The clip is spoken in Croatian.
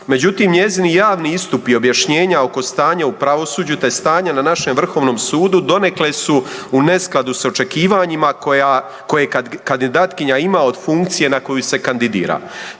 međutim njezini javni istupi objašnjenja oko stanja o pravosuđu te stanja na našem Vrhovnom sudu, donekle su u neskladu s očekivanjima koje kandidatkinja ima od funkcije na koju se kandidirala.